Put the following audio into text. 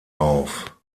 auf